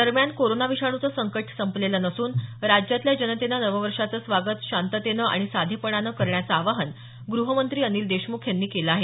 दरम्यान कोरोना विषाणूचं संकट संपलेलं नसून राज्यातल्या जनतेनं नववर्षाचं स्वागत शांततेनं आणि साधेपणानं करण्याचं आवाहन ग्रहमंत्री अनिल देशमुख यांनी केलं आहे